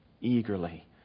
eagerly